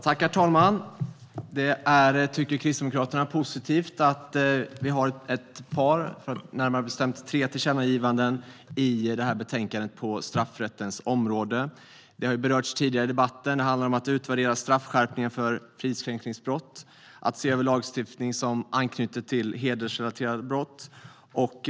Herr talman! Kristdemokraterna tycker att det är positivt att vi har tre tillkännagivanden i detta betänkande på straffrättens område. Det har berörts tidigare i debatten. Det handlar om att utvärdera straffskärpningen för fridskränkningsbrott och om att se över lagstiftning som anknyter till hedersrelaterade brott.